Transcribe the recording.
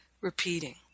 repeating